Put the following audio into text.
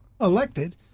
elected